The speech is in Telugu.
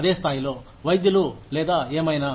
అదే స్థాయిలో వైద్యులు లేదా ఏమైనా